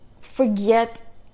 forget